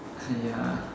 ya